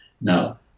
Now